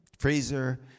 Fraser